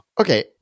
Okay